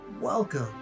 Welcome